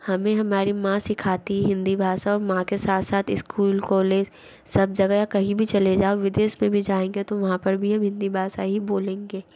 हमें हमारे माँ सिखाती है हिन्दी भाषा औ माँ के साथ साथ इस्कूल कॉलेज सब जगह कहीं भी चले जाओ विदेश में भी जाएंगे तो वहाँ पर भी हम हिन्दी भाषा ही बोलेंगे